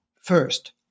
first